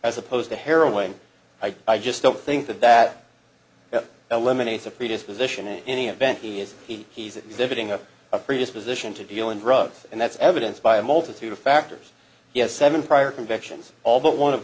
as opposed to heroin i just don't think that that eliminates a predisposition in any event he is he he's exhibiting a predisposition to dealing drugs and that's evidenced by a multitude of factors yes seven prior convictions all but one of